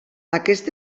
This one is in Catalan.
aquest